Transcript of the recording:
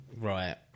right